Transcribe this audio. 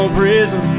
prison